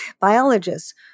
biologists